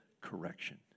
correction